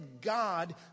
God